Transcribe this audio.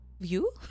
view